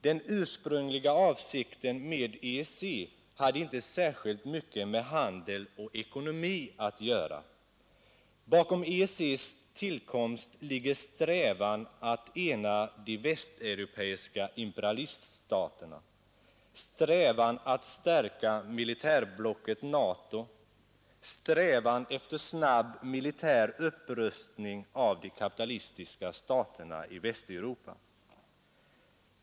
Den ursprungliga avsikten med EEC hade inte särskilt mycket med handel och ekonomi att göra. Bakom EEC:s tillkomst ligger strävan att ena de västeuropeiska imperialiststaterna, strävan att stärka militärblocket NATO, strävan efter snabb militär upprustning av de kapitalistiska staterna i Västeuropa.